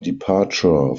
departure